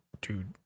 dude